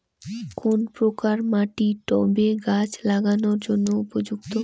কোন প্রকার মাটি টবে গাছ লাগানোর জন্য উপযুক্ত?